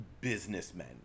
Businessmen